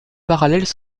parallèles